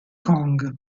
kong